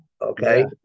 okay